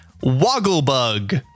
Wogglebug